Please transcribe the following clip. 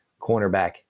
cornerback